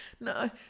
No